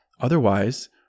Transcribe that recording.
Otherwise